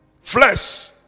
Flesh